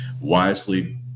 wisely